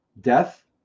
death